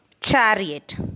Chariot